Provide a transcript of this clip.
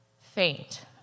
faint